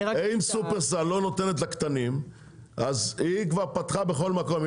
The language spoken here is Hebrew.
אם שופרסל לא נותנת לקטנים אז היא כבר פתחה בכל מקום,